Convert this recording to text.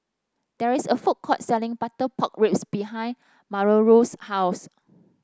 there is a food court selling Butter Pork Ribs behind Milagros' house